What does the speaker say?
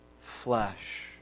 flesh